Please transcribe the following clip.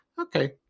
okay